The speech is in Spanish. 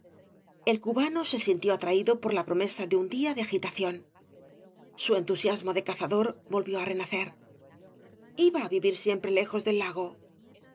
el cubano se sintió atraído por la promesa de un día de agitación su entusiasmo de cazador volvió á renacer iba á vivir siempre lejos del lago